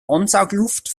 ansaugluft